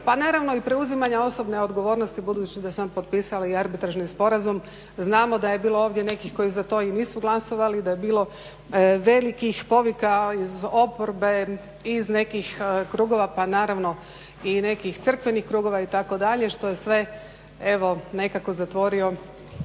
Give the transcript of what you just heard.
pa naravno i preuzimanja osobne odgovornosti budući da sam potpisala i Arbitražni sporazum. Znamo da je bilo ovdje nekih koji za to i nisu glasovali, da je bilo velikih povika iz oporbe, iz nekih krugova pa naravno i nekih crkvenih krugova itd. što je sve evo nekako zatvorio